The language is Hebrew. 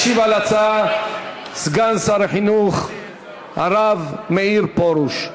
ישיב על ההצעה סגן שר החינוך הרב מאיר פרוש.